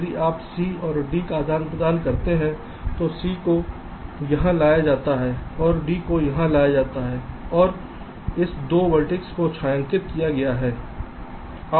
यदि आप सी और डी का आदान प्रदान करते हैं तो सी को यहां लाया जाता है और D को वहां लाया जाता है और इस 2 वेर्तिसेस को छायांकित दिखाया गया है